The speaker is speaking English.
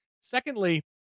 Secondly